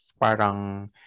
parang